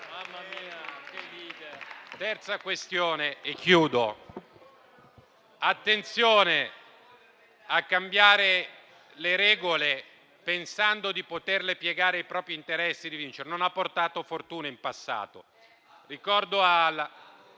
Terza questione e chiudo. Attenzione a cambiare le regole pensando di poterle piegare ai propri interessi di vincere. Non ha portato fortuna in passato.